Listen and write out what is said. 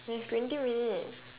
we have twenty minute